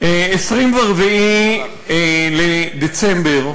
24 בדצמבר,